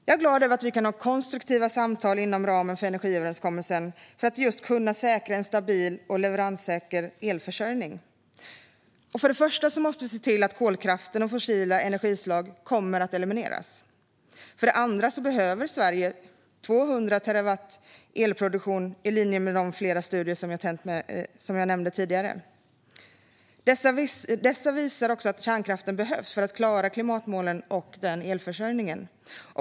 Jag är glad över att vi kan ha konstruktiva samtal inom ramen för energiöverenskommelsen för att just kunna säkra en stabil och leveranssäker elförsörjning. För det första måste vi se till att kolkraften och fossila energislag kommer att elimineras. För det andra behöver Sverige 200 terawatttimmar elproduktion i linje med flera studier som jag nämnde tidigare. Dessa visar också att kärnkraften behövs för att klara klimatmålen och elförsörjningen.